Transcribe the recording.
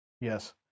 Yes